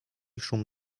szum